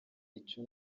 icyo